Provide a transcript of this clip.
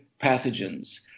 pathogens